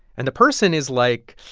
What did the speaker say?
and the person is like,